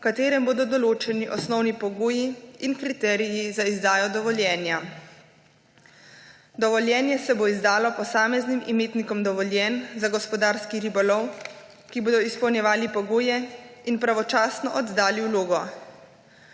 v katerem bodo določeni osnovni pogoji in kriteriji za izdajo dovoljenja. Dovoljenje se bo izdalo posameznim imetnikom dovoljenj za gospodarski ribolov, ki bodo izpolnjevali pogoje in pravočasno oddalo vlogo.